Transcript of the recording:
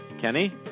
Kenny